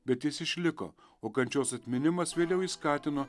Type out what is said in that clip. bet jis išliko o kančios atminimas vėliau jį skatino